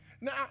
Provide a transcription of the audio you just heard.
Now